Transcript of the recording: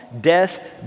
Death